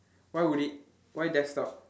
why would it why desktop